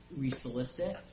resolicit